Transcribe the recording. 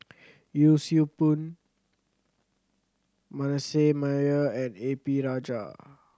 Yee Siew Pun Manasseh Meyer and A P Rajah